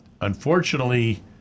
Unfortunately